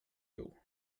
you